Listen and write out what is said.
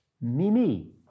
Mimi